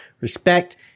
respect